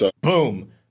Boom